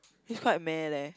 it's quite meh leh